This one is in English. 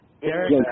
Derek